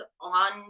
on